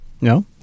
No